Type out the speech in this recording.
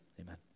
Amen